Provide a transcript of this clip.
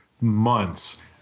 months